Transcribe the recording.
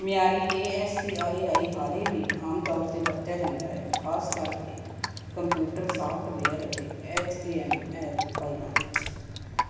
ਮਿਆਰੀ A S C I I ਹਾਲੇ ਵੀ ਆਮ ਤੌਰ 'ਤੇ ਵਰਤਿਆ ਜਾਂਦਾ ਹੈ ਖ਼ਾਸ ਕਰਕੇ ਕੰਪਿਊਟਰ ਸਾਫਟਵੇਅਰ ਅਤੇ ਐੱਚ ਟੀ ਐੱਮ ਐੱਲ ਫਾਇਲਾਂ ਵਿੱਚ